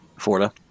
florida